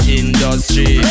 industry